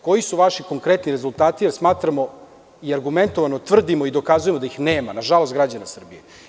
Koji su vaši konkretni rezultati jer smatramo i argumentovano tvrdimo i dokazujemo da ih nema, na žalost građana Srbije.